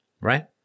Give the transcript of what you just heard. right